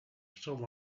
still